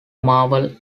marvel